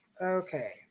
Okay